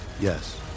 Yes